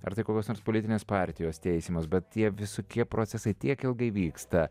ar tai kokios nors politinės partijos teisiamos bet tie visokie procesai tiek ilgai vyksta